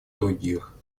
других